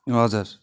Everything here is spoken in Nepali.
हजुर